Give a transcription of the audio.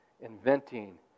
inventing